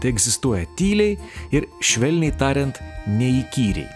tai egzistuoja tyliai ir švelniai tariant neįkyriai